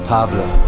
Pablo